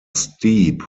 steep